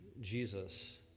Jesus